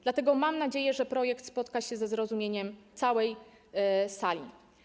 Dlatego mam nadzieję, że projekt spotka się ze zrozumieniem całej sali.